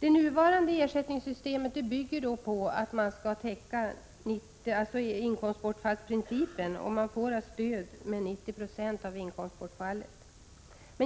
Det nuvarande ersättningssystemet bygger på inkomstbortfallsprincipen och ger ett stöd som motsvarar 90 20 av inkomstbortfallet.